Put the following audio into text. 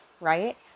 right